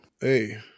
Hey